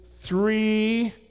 three